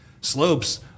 slopes